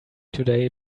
today